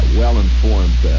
well-informed